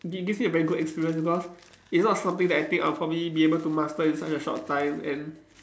gi~ gives me a very good experience because it's not something that I think I'll probably be able to master in such a short time and